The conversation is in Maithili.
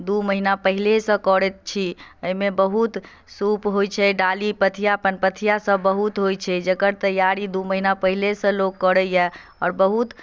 दू महीना पहिनेसँ करैत छी एहिमे बहुत सूप होइत छै डाली पथिया पन पथियासभ बहुत होइत छै जकर तैआरी दू महीना पहिनेसँ लोक करैए